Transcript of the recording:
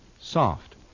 soft